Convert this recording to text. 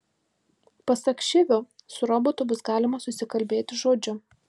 pasak šivio su robotu bus galima susikalbėti žodžiu